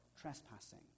trespassing